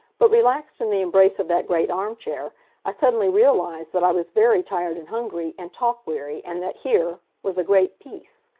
but relaxed in the embrace of that great armchair i suddenly realized that i was very tired and hungry, and talk-weary, and that here was a great peace.